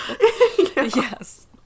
Yes